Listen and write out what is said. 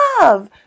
love